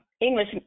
English